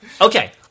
Okay